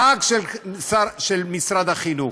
רק של משרד החינוך.